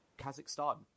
Kazakhstan